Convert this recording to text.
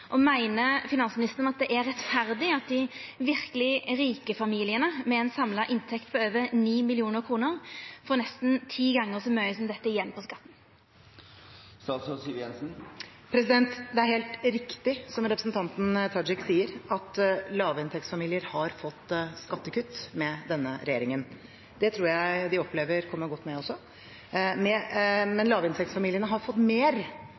og meiner ho det er rettferdig at dei verkeleg rike familiane, med ein samla inntekt over 9 mill. kroner, får nesten 10 gonger så mykje som dette att på skatten?» Det er helt riktig som representanten Tajik sier, at lavinntektsfamilier har fått skattekutt med denne regjeringen. Det tror jeg de opplever kommer godt med. Men lavinntektsfamiliene har fått mer